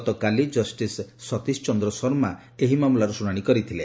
ଗତକାଲି କଷ୍ଟିସ୍ ସତୀଶ ଚନ୍ଦ୍ର ଶର୍ମା ଏହି ମାମାର ଶୁଣାଣି କରିଥିଲେ